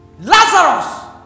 Lazarus